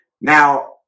Now